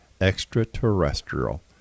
extraterrestrial